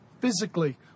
physically